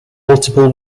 multiple